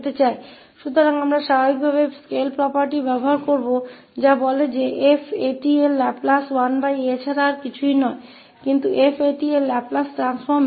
तो हम स्वाभाविक रूप से स्केल property का उपयोग करेंगे जो कहता है कि 𝑓𝑎𝑡 का लाप्लास कुछ नहीं 1a हैं और इस 𝑓𝑡 का लाप्लास रूपांतर है